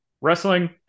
Wrestling